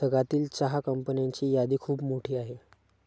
जगातील चहा कंपन्यांची यादी खूप मोठी आहे